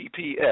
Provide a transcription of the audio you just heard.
PPF